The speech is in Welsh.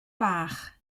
bach